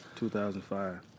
2005